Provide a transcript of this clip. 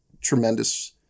tremendous